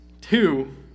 Two